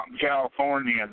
California